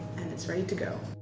and it's ready to go.